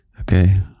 Okay